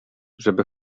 żeby